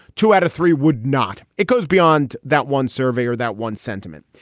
two out of three would not. it goes beyond that one survey or that one sentiment.